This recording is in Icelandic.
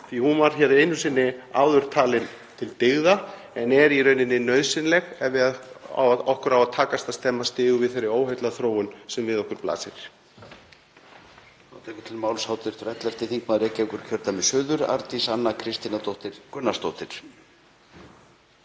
að hún var einu sinni talin hér til dyggða en er í rauninni nauðsynleg ef okkur á að takast að stemma stigu við þeirri óheillaþróun sem við okkur blasir.